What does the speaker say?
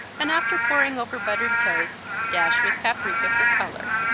and after pouring over buttered toast dash with paprika for color.